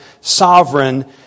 sovereign